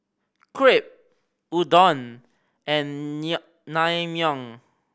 Crepe Udon and Naengmyeon